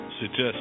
suggest